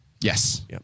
Yes